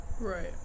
Right